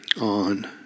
on